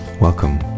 welcome